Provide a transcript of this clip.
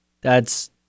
That's-